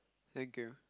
thank you